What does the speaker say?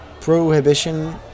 prohibition